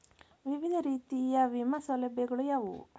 ವಿವಿಧ ರೀತಿಯ ವಿಮಾ ಸೌಲಭ್ಯಗಳು ಯಾವುವು?